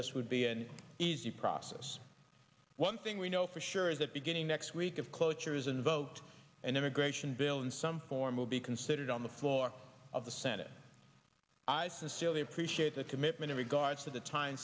this would be an easy process one thing we know for sure is that beginning next week of cloture is invoked an immigration bill in some form will be considered on the floor of the senate i sincerely appreciate the commitment in regards to the time